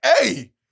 hey